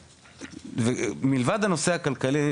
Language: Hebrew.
ומלבד הנושא הכלכלי,